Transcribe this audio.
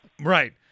Right